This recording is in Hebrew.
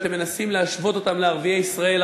שאתם מנסים להשוות אותם לערביי ישראל.